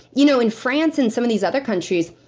you know in france, and some of these other countries,